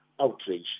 outrage